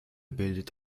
bildet